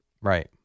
Right